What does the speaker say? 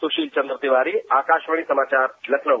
सुशील चंद्र तिवारी आकाशवाणी समाचार लखनऊ